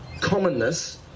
commonness